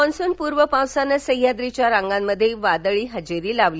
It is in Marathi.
मान्सून पूर्व पावसानं सद्याद्रीच्या रांगांमध्ये वादळी हजेरी लावली